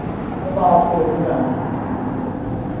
ते में बाल स्ट्रैट बी कराने न